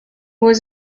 was